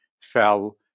fell